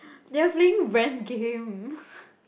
they are playing game